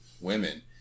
women